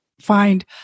find